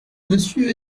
monsieur